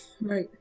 Right